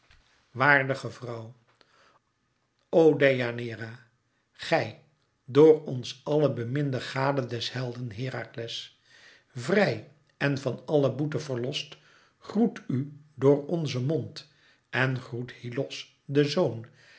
waardige vrouw o deianeira gij door ons allen beminde gade des helden herakles vrij en van alle boete verlost groet u door onzen mond en groet hyllos den zoon